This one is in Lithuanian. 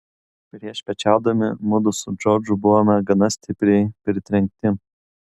priešpiečiaudami mudu su džordžu buvome gana stipriai pritrenkti